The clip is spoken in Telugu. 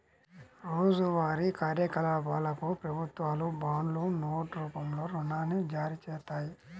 రోజువారీ కార్యకలాపాలకు ప్రభుత్వాలు బాండ్లు, నోట్ రూపంలో రుణాన్ని జారీచేత్తాయి